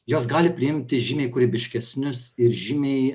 jos gali priimti žymiai kūrybiškesnius ir žymiai